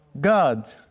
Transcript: God